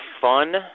fun